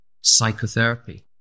psychotherapy